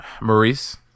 maurice